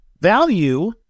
Value